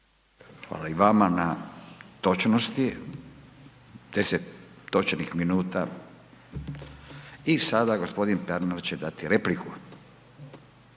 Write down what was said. Hvala i vama na točnosti, 10 točnih minuta. I sada gospodin Pernar će dati repliku.